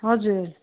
हजुर